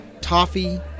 toffee